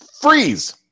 freeze